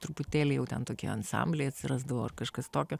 truputėlį jau ten tokie ansambliai atsirasdavo kažkas tokio